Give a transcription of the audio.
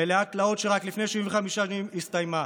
מלאה תלאות, שרק לפני 75 שנים הסתיימה.